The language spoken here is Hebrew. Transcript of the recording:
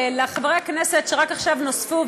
לחברי הכנסת שרק עכשיו הצטרפו,